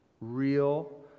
Real